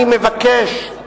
אני מבקש,